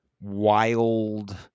wild